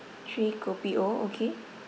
three kopi O okay